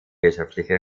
wirtschaftliche